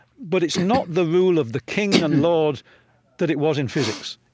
but it's not the rule of the king and laws that it was in physics.